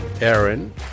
Aaron